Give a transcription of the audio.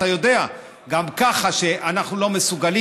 אתה יודע שגם ככה אנחנו לא מסוגלים.